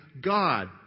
God